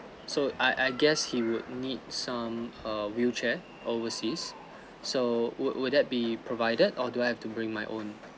so I I guess he would need some err wheelchair overseas so would would that be provided or do I have to bring my own